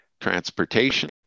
transportation